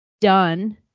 done